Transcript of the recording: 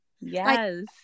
Yes